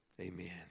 Amen